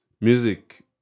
music